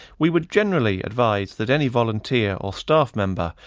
we would generally advise that any volunteer or staff member,